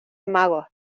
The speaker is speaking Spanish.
magos